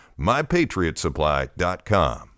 MyPatriotsupply.com